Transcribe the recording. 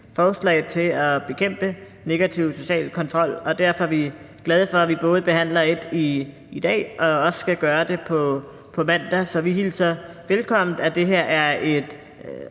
forslag til at bekæmpe negativ social kontrol, og derfor er vi glade for, at vi både behandler et i dag og også skal gøre det på mandag, så vi hilser velkommen, at det her er et